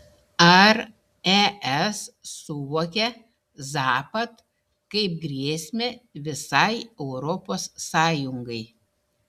ar es suvokia zapad kaip grėsmę visai europos sąjungai